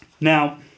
Now